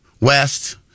West